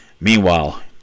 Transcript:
Meanwhile